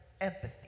empathy